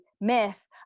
myth